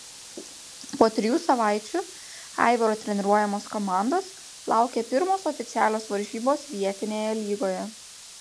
po trijų savaičių aivaro treniruojamos komandos laukė pirmos oficialios varžybos vietinėje lygoje